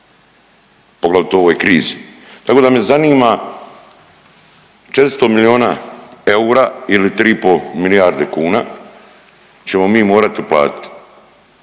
Poglavito u ovoj krizi, tako da me zanima, 400 milijuna eura ili 3,5 milijarde kuna ćemo mi morat uplatit.